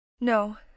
No